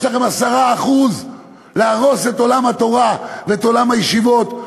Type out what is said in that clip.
לכם 10% להרוס את עולם התורה ואת עולם הישיבות,